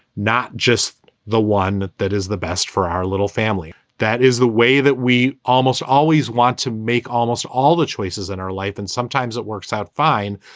not just the one that is the best for our little family. that is the way that we almost always want to make almost all the choices in our life. and sometimes it works out fine.